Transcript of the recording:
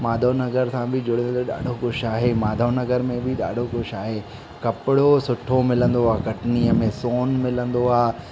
माधव नगर सां बि जुड़ियल ॾाढो कुझु आहे माधव नगर में बि ॾाढो कुझु आहे कपिड़ो सुठो मिलंदो आहे कटनीअ में सोन मिलंदो आहे